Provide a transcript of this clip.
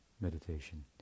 meditation